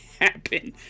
happen